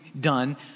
done